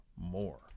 more